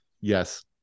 Yes